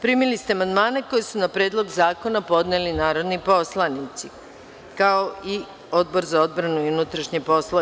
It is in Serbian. Primili ste amandmane koje su na Predlog zakona podneli narodni poslanici, kao i Odbor za odbranu i unutrašnje poslove.